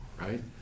right